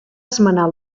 esmenar